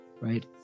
right